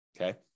Okay